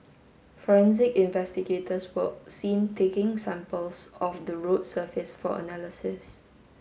forensic investigators were seen taking samples of the road surface for analysis